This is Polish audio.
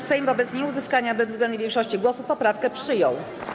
Sejm wobec nieuzyskania bezwzględnej większości głosów poprawkę przyjął.